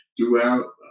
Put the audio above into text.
throughout